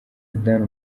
zidane